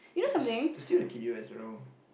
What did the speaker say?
s~ still a kid as you were around